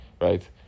right